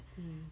mm